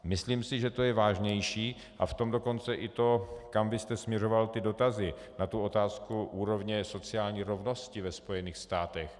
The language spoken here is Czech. Myslím si, že to je vážnější, a v tom dokonce i to, kam vy jste směřoval dotazy na otázku úrovně sociální rovnosti ve Spojených státech.